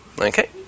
Okay